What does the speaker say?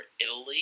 Italy